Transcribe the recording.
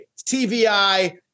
TVI